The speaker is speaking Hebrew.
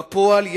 בפועל,